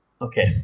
Okay